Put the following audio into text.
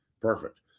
Perfect